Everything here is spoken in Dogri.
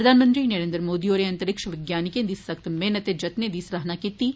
प्रधानमंत्री नरेन्द्र मोदी होरें अंतरिक्ष वैज्ञानिकें दी सख्त मेहनत ते जत्ने दी सराहना कीती ऐ